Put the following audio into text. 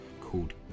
called